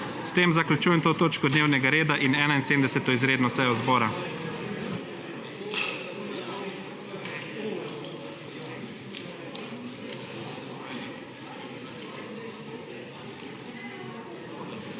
S tem zaključujem to točko dnevnega reda in 71. izredno sejo zbora.